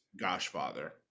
Goshfather